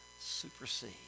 supersede